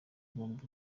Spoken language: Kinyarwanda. bombi